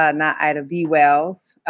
ah not ida b. wells.